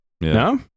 No